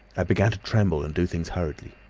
i began to tremble and do things hurriedly.